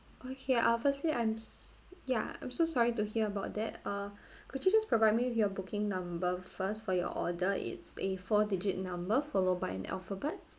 okay ah firstly I'm ya I'm so sorry to hear about that uh could you just provide me with your booking number first for your order it's a four digit number followed by an alphabet